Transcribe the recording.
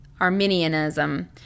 Arminianism